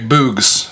Boogs